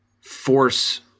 force